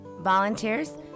Volunteers